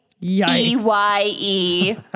E-Y-E